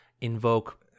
invoke